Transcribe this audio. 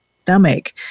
stomach